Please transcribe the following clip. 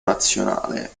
nazionale